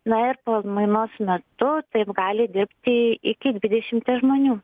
na ir pamainos metu taip gali dirbti iki dvidešimties žmonių